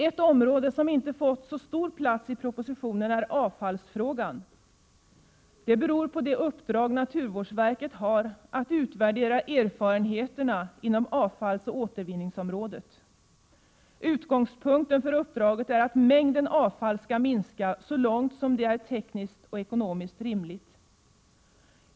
Ett område som inte fått så stor plats i propositionen är avfallsfrågan. Det beror på det uppdrag naturvårdsverket har att utvärdera erfarenheterna inom avfallsoch återvinningsområdet. Utgångspunkten för uppdraget är att mängden avfall skall minska så långt som det är tekniskt och ekonomiskt rimligt.